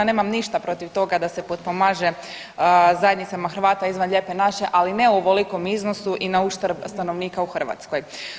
Nemam ništa protiv toga da se potpomaže zajednicama Hrvata izvan lijepe naše ali ne u ovolikom iznosu i na uštrb stanovnika u Hrvatskoj.